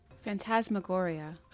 Phantasmagoria